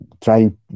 trying